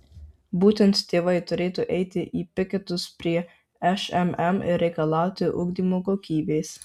būtent tėvai turėtų eiti į piketus prie šmm ir reikalauti ugdymo kokybės